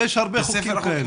יש הרבה חוקים כאלה.